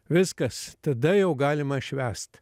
viskas tada jau galima švęst